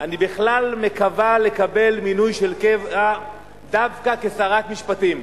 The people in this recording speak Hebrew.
"אני בכלל מקווה לקבל מינוי של קבע דווקא כשרת משפטים".